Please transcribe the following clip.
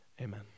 Amen